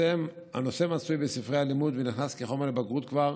הנושא מצוי בספרי הלימוד ונכנס כחומר לבגרות כבר